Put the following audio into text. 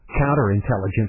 counterintelligence